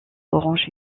orange